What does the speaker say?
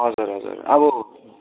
हजुर हजुर अब